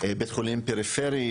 בית חולים פריפרי,